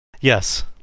Yes